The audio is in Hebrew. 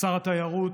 שר התיירות,